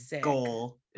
goal